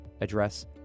address